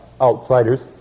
outsiders